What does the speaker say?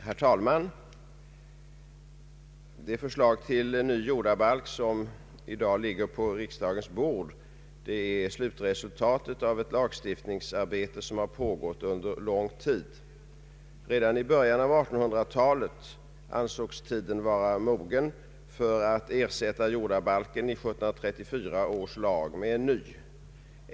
Herr talman! Det förslag till ny jordabalk som i dag ligger på riksdagens bord är slutresultatet av ett lagstiftningsarbete som pågått under lång tid. Redan i början av 1800-talet ansågs tiden vara mogen för att ersätta jordabalken i 1734 års lag med en ny.